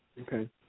Okay